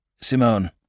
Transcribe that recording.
Simone